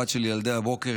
הבת שלי ילדה הבוקר,